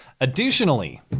Additionally